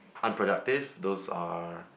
unproductive those are